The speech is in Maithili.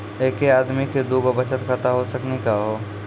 एके आदमी के दू गो बचत खाता हो सकनी का हो?